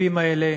הכספים האלה,